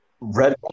red